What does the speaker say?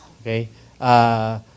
Okay